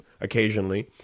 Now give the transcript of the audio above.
occasionally